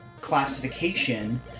classification